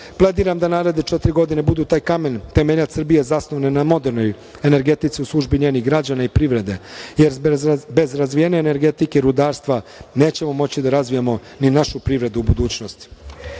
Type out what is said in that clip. Plediram da naredne četiri godine budu taj kamen temeljac Srbije zasnovan na modernoj energetici u službi njenih građana i privrede, jer bez razvijene energetike i rudarstva nećemo moći da razvijamo ni našu privredu u budućnosti. Borba